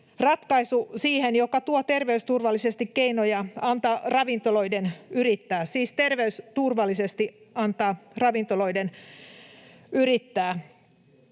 ratkaisu, joka tuo terveystur-vallisesti keinoja antaa ravintoloiden yrittää — siis terveysturvallisesti antaa ravintoloiden yrittää.